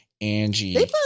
Angie